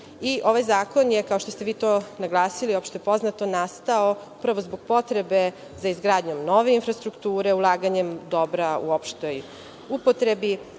i ovaj zakon je, kao što ste vi naglasili, opšte poznato, prvo nastao zbog potrebe za izgradnju nove infrastrukture, ulaganjem dobra u opštoj upotrebi,